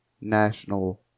National